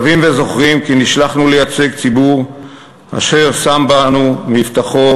ושבים וזוכרים כי נשלחנו לייצג ציבור אשר שם בנו מבטחו,